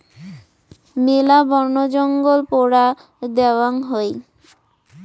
মেলা বনজঙ্গল পোড়া দ্যাওয়াং হই